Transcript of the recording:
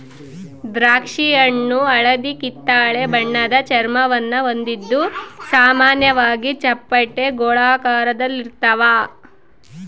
ದ್ರಾಕ್ಷಿಹಣ್ಣು ಹಳದಿಕಿತ್ತಳೆ ಬಣ್ಣದ ಚರ್ಮವನ್ನು ಹೊಂದಿದ್ದು ಸಾಮಾನ್ಯವಾಗಿ ಚಪ್ಪಟೆ ಗೋಳಾಕಾರದಲ್ಲಿರ್ತಾವ